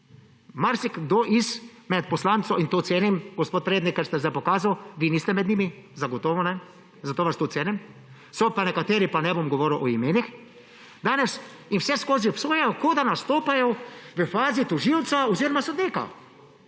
marsikdo izmed poslancev – in to cenim, gospod Prednik, kar ste zdaj pokazali, vi niste med njimi, zagotovo ne, zato vas tudi cenim –, so pa nekateri danes, pa ne bom govoril o imenih, ki vseskozi obsojajo, kot da nastopajo v fazi tožilca oziroma sodnika.